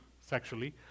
sexually